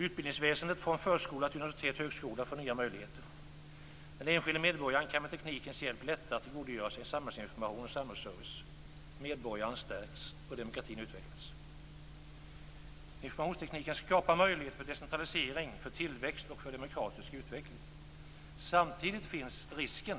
Utbildningsväsendet, från förskola till universitet och högskola, får nya möjligheter. Den enskilde medborgaren kan med teknikens hjälp lättare tillgodogöra sig samhällsinformation och samhällsservice. Medborgaren stärks, och demokratin utvecklas. Informationstekniken skapar möjligheter för decentralisering, tillväxt och demokratisk utveckling. Samtidigt finns risken